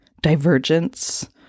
divergence